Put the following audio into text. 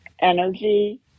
energy